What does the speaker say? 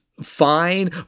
fine